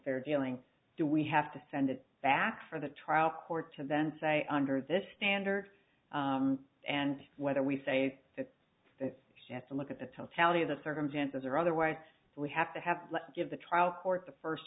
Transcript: fair dealing do we have to send it back for the trial court to then say under this standard and whether we say that they have to look at the totality of the circumstances or otherwise we have to have let's give the trial court the first